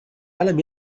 ألم